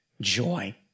Joy